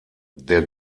der